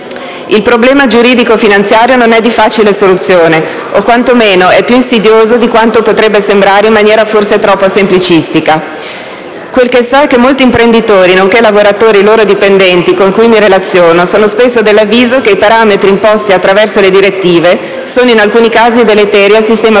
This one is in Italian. Il problema giuridico finanziario non è di facile soluzione, o quanto meno è più insidioso di quanto potrebbe sembrare, in maniera forse troppo semplicistica. Quel che so è che molti imprenditori, nonché lavoratori e loro dipendenti con cui mi relaziono, sono spesso dell'avviso che i parametri imposti attraverso le direttive sono in alcuni casi deleteri al sistema produttivo